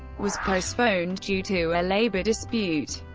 was postponed due to a labor dispute.